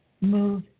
move